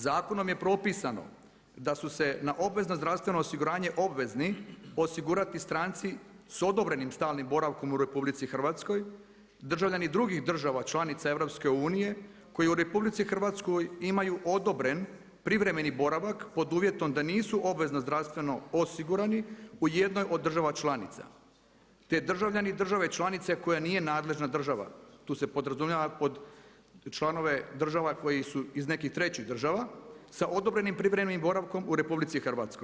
Zakonom je propisano da su se na obvezna zdravstveno osiguranje obvezni osigurati stranci s odobrenim stalnim stalnim boravkom u RH državljani drugih država članica EU-a, koji u RH imaju odobren privremeni boravak pod uvjetom da nisu obvezno zdravstveno osigurani u jednoj od država članica, te državljani države članice koja nije nadležna država, to se podrazumijeva pod članove država kojih su iz nekih trećih država sa odobrenim privremenim boravkom u RH.